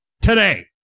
today